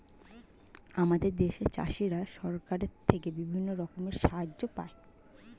আমাদের দেশের চাষিরা সরকারের থেকে বিভিন্ন রকমের সাহায্য পায়